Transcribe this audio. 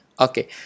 okay